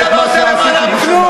אתה לא עושה למענם כלום.